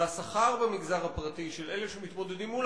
והשכר במגזר הפרטי של אלה שמתמודדים מול